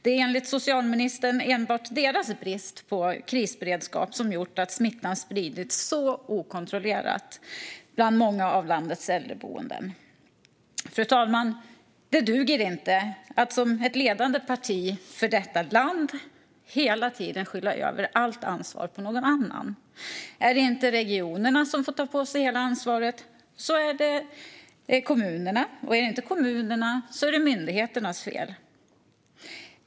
Det är enligt socialministern enbart deras brist på krisberedskap som har gjort att smittan spridits så okontrollerat bland många av landets äldreboenden. Fru talman! Det duger inte att som ledande parti i detta land hela tiden skyffla över allt ansvar på någon annan. Om det inte är regionerna som får ta på sig hela ansvaret är det kommunerna, och är det inte kommunernas fel är det myndigheternas.